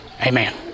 Amen